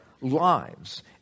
lives